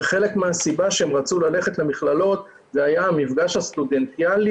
חלק מהסיבה שהם רצו ללכת למכללות זה היה המפגש הסטודנטיאלי,